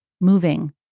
moving